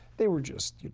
they were just